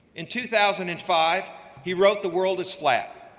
in two thousand and five, he wrote the world is flat,